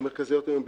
המרכזיות בישראל.